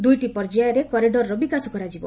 ଦୁଇଟି ପର୍ଯ୍ୟାୟରେ କରିଡରର ବିକାଶ କରାଯିବ